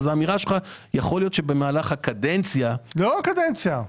יכול להיות שבמהלך הקדנציה --- לא במהלך הקדנציה.